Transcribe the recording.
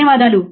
by